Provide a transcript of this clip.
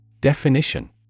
Definition